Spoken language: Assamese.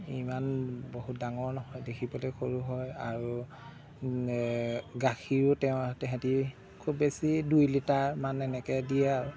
ইমান বহুত ডাঙৰ নহয় দেখিবলৈ সৰু হয় আৰু গাখীৰো তেওঁ তেহেঁতি খুব বেছি দুই লিটাৰমান এনেকে দিয়ে আৰু